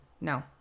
No